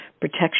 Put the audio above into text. protection